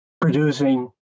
producing